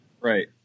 Right